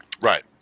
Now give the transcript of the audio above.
Right